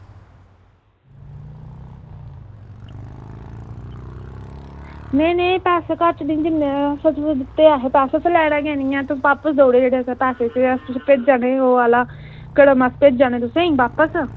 नेईं नेईं पैसे घट्ट ते असें निं लैनां ते पैसे बापस देई ओड़ो ते भेजा दे ओह् आह्ला कड़म अस भेजा नै बापस